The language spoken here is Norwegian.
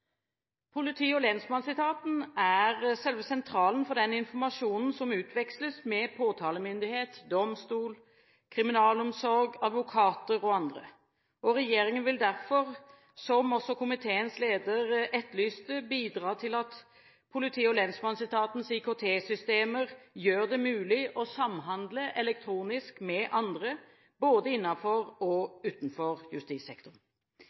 Politi- og lensmannsetaten er selve sentralen for den informasjonen som utveksles med påtalemyndighet, domstol, kriminalomsorg, advokater og andre. Regjeringen vil derfor, som komiteens leder etterlyste, bidra til at politi- og lensmannsetatens IKT-systemer gjør det mulig å samhandle elektronisk med andre – både innenfor og utenfor justissektoren.